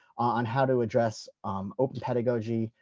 on how to address um open pedagogy,